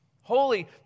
Holy